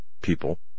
people